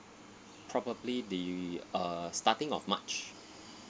probably the uh starting of march